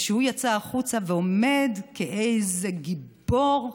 וכשהוא יוצא החוצה הוא עומד כאיזה גיבור,